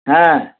হ্যাঁ